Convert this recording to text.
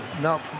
No